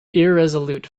irresolute